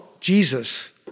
Jesus